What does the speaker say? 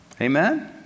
amen